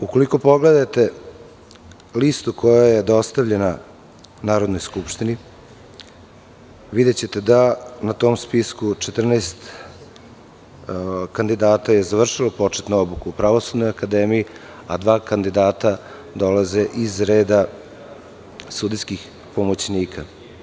Ukoliko pogledate listu koja je dostavljena Narodnoj skupštini videćete da na tom spisku 14 kandidata je završilo početnu obuku u Pravosudnoj akademiji, a dva kandidata dolaze iz reda sudijskih pomoćnika.